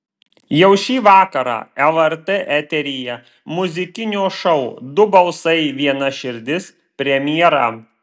jau šį vakarą lrt eteryje muzikinio šou du balsai viena širdis premjera